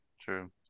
True